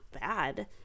bad